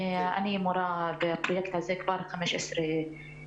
ואני מורה בפרויקט הזה כבר 15 שנים.